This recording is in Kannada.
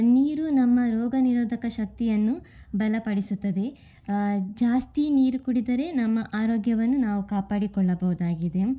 ನೀರು ನಮ್ಮ ರೋಗ ನಿರೋಧಕ ಶಕ್ತಿಯನ್ನು ಬಲಪಡಿಸುತ್ತದೆ ಜಾಸ್ತಿ ನೀರು ಕುಡಿದರೆ ನಮ್ಮ ಆರೋಗ್ಯವನ್ನು ನಾವು ಕಾಪಾಡಿಕೊಳ್ಳಬಹುದಾಗಿದೆ